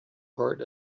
part